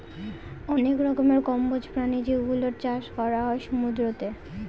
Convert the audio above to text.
অনেক রকমের কম্বোজ প্রাণী যেগুলোর চাষ করা হয় সমুদ্রতে